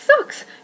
sucks